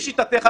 לפי שיטתך,